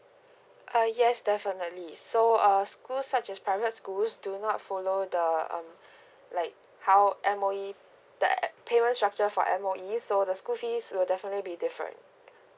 ah yes definitely so err school such as private schools do not follow the um like M_O_E the payment structure for M_O_E so the school fees will definitely be different